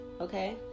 Okay